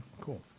cool